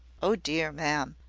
oh, dear, ma'am!